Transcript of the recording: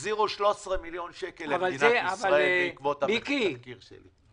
החזירו 13 מיליון שקל למדינת ישראל בעקבות התחקיר שלי.